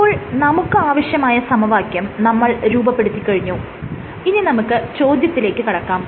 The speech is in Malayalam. ഇപ്പോൾ നമുക്ക് ആവശ്യമായ സമവാക്യം നമ്മൾ രൂപപ്പെടുത്തി കഴിഞ്ഞു ഇനി നമുക്ക് ചോദ്യത്തിലേക്ക് കടക്കാം